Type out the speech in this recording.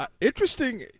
Interesting